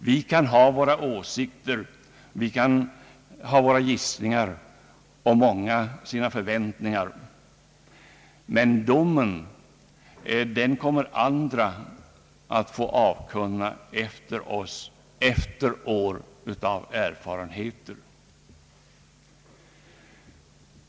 Vi kan ha våra åsikter och våra gissningar, och många kan ha vissa förväntningar, men domen kommer andra att få avkunna efter oss, efter år av erfarenheter.